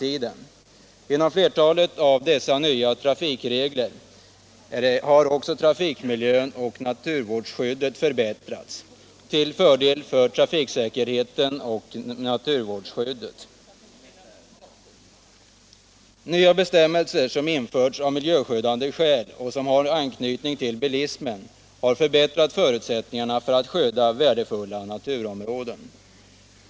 Genom flertalet av dessa nya trafikregler har också trafikmiljön och naturvårdsskyddet förbättrats till fördel för trafiksäkerheten och miljövården. Nya bestämmelser som införts av miljöskyddande skäl och som har anknytning till bilismen har förbättrat förutsättningarna för att skydda värdefulla naturområden.